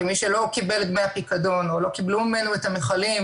כמי שלא קיבל את דמי הפיקדון או לא קיבלו ממנו את המכלים,